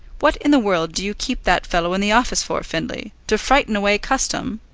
what in the world do you keep that fellow in the office for, findlay? to frighten away custom?